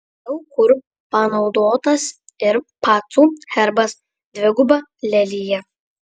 daug kur panaudotas ir pacų herbas dviguba lelija